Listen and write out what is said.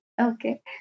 Okay